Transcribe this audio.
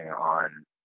on